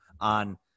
on